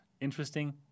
interesting